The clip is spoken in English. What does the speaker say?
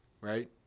right